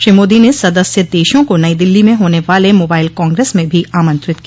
श्री मोदी ने सदस्य देशों को नई दिल्ली में होने वाले मोबाइल कांग्रेस में भी आमंत्रित किया